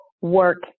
work